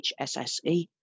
hsse